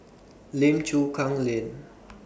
Lim Chu Kang Lane